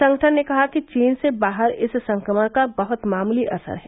संगठन ने कहा कि चीन से बाहर इस संक्रमण का बहुत मामूली असर है